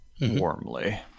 warmly